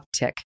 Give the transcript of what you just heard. uptick